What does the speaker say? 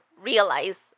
realize